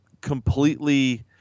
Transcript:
completely